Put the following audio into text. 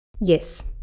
Yes